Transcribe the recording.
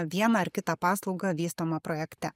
vieną ar kitą paslaugą vystomą projekte